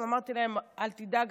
אמרתי להם: אל תדאג,